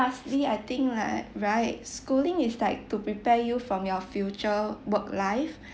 lastly I think ri~ right schooling is like to prepare you for your future work life